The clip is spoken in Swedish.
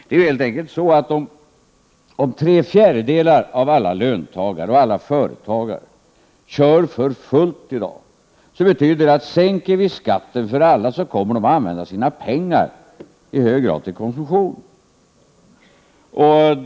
Det är ju helt enkelt så att om tre fjärdedelar av alla löntagare och alla företagare kör för fullt i dag, så betyder det att de, om vi sänker skatten för alla, i hög grad kommer att använda sina pengar till konsumtion.